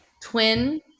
twin